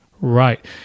right